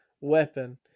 weapon